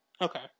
Okay